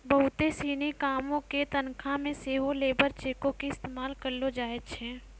बहुते सिनी कामो के तनखा मे सेहो लेबर चेको के इस्तेमाल करलो जाय छै